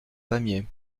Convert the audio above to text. pamiers